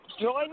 Join